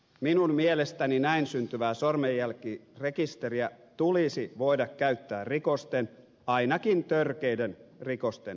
minun mielestäni näin syntyvää sormenjälkirekisteriä tulisi voida käyttää rikosten ainakin törkeiden rikosten selvittämiseen